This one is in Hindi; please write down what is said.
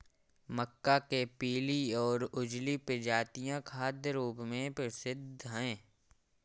मक्का के पीली और उजली प्रजातियां खाद्य रूप में प्रसिद्ध हैं